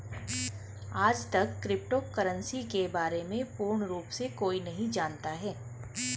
आजतक crypto currency के बारे में पूर्ण रूप से कोई भी नहीं जानता है